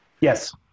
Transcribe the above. Yes